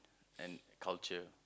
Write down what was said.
and culture